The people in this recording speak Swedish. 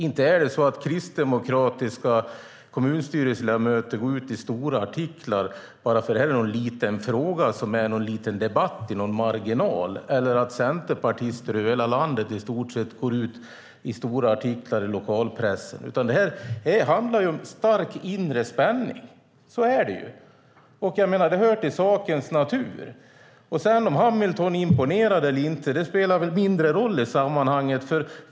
Inte går kristdemokratiska kommunstyrelseledamöter eller centerpartister i hela landet ut i långa artiklar i lokalpressen för att det här är en liten fråga som skapar en liten debatt i marginalen. Det här handlar om stark inre spänning. Det hör till sakens natur. Om Hamilton är imponerad eller inte spelar mindre roll i sammanhanget.